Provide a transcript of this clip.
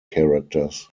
characters